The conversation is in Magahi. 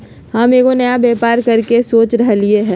हम एगो नया व्यापर करके सोच रहलि ह